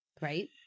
right